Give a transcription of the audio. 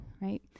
right